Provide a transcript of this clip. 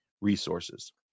resources